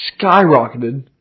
skyrocketed